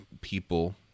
people